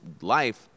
life